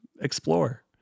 explore